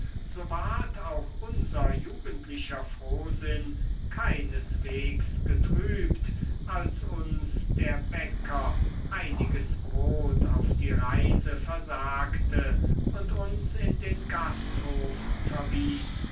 so ward auch unser jugendlicher frohsinn keineswegs getrübt als uns der bäcker einiges brot auf die reise versagte und uns in den gasthof verwies